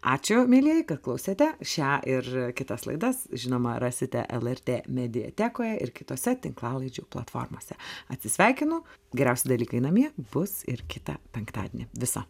ačiū mielieji kad klausėte šią ir kitas laidas žinoma rasite lrt mediatekoje ir kitose tinklalaidžių platformose atsisveikinu geriausi dalykai namie bus ir kitą penktadienį viso